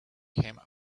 came